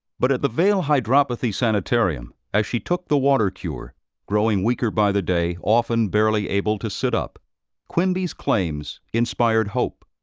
but at the vail hydropathy sanitarium, as she took the water-cure growing weaker by the day, often barely able to sit up quimby's claims inspired hope.